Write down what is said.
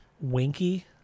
winky